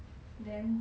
then